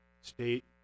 state